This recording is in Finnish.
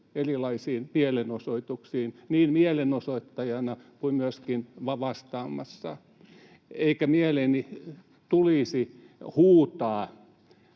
erilaisiin mielenosoituksiin, niin mielenosoittajana kuin myöskin vastaamassa, eikä mieleeni tulisi ”huutaa”